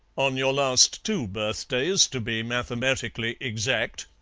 on your last two birthdays, to be mathematically exact.